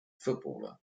footballer